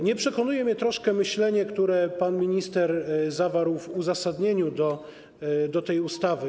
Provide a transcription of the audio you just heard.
Nie przekonuje mnie myślenie, które pan minister zawarł w uzasadnieniu do tej ustawy.